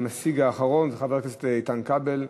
המשיג האחרון, חבר הכנסת איתן כבל.